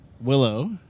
Willow